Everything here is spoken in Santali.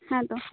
ᱛᱳ